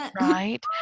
right